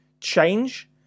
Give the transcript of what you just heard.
change